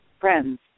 friends